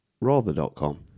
rather.com